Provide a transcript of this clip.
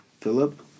Philip